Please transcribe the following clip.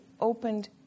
opened